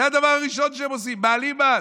זה הדבר הראשון שהם עושים, מעלים מס.